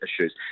issues